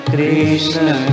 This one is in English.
Krishna